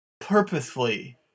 purposefully